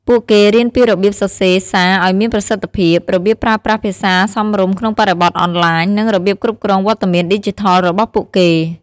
ពួកគេរៀនពីរបៀបសរសេរសារឱ្យមានប្រសិទ្ធភាព របៀបប្រើប្រាស់ភាសាសមរម្យក្នុងបរិបទអនឡាញ និងរបៀបគ្រប់គ្រងវត្តមានឌីជីថលរបស់ពួកគេ។